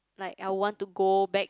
like I want to go back